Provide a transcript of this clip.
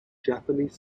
japanese